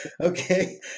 Okay